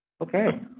Okay